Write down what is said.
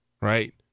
right